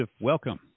welcome